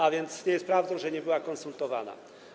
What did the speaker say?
Tak więc nie jest prawdą, że nie była konsultowana.